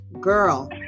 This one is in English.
girl